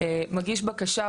מגיש בקשה,